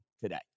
today